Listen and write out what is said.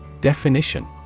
Definition